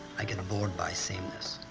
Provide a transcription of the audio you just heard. i get bored by sameness.